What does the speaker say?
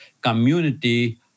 community